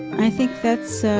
i think that's, so